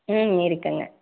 ம் இருக்குதுங்க